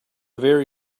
very